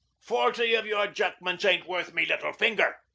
forty of your jackmans aren't worth me little finger.